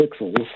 pixels